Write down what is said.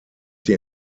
die